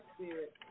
spirit